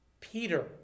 Peter